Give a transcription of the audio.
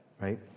right